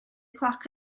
cloc